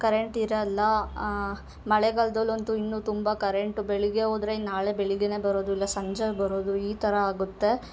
current ಇರೋಲ್ಲ ಮಳೆಗಾಲದಲ್ಲಂತೂ ಇನ್ನೂ ತುಂಬ ಕರೆಂಟು ಬೆಳಗ್ಗೆ ಹೋದ್ರೆ ನಾಳೆ ಬೆಳಗ್ಗೆನೇ ಬರೋದು ಇಲ್ಲ ಸಂಜೆ ಬರೋದು ಈ ಥರ ಆಗುತ್ತೆ